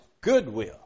goodwill